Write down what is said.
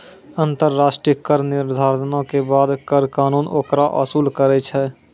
अन्तर्राष्ट्रिय कर निर्धारणो के बाद कर कानून ओकरा वसूल करै छै